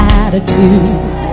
attitude